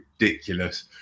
ridiculous